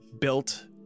built